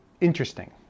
interesting